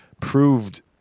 proved